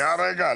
רגע.